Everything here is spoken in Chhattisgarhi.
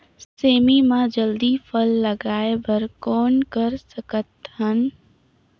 सेमी म जल्दी फल लगाय बर कौन कर सकत हन?